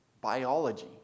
biology